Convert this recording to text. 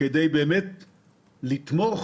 כדי לתמוך